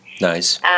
nice